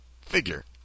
figure